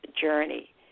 journey